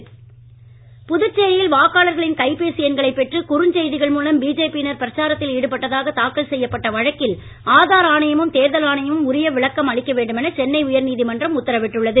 பாஜகஉயர்நீதிமன்றம் புதுச்சேரியில் வாக்காளர்களின் கைபேசி எண்களை பெற்று குறுஞ்செய்திகள் மூலம் பிஜேபி யினர் பிரச்சாரத்தில் ஈடுபட்டதாக தாக்கல் செய்யப்பட்ட வழக்கில் ஆதார் ஆணையமும் தேர்தல் ஆணையமும் உரிய விளக்கம் அளிக்க வேண்டும் என சென்னை உயர்நீதிமன்றம் உத்தரவிட்டுள்ளது